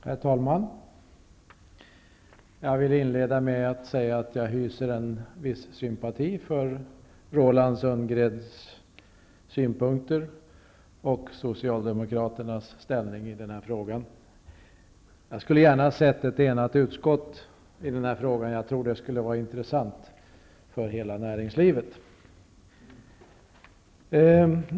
Herr talman! Jag vill inleda med att säga att jag hyser en viss sympati för Roland Sundgrens synpunkter och Socialdemokraternas ställningstagande i den här frågan. Jag skulle gärna ha sett ett enat utskott i den här frågan -- jag tror det skulle ha varit intressant för hela näringslivet.